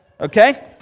Okay